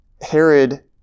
Herod